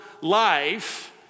life